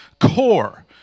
CORE